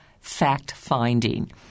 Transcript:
fact-finding